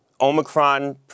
Omicron